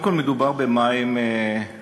קודם כול, מדובר במים מושבים,